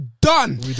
done